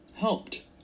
helped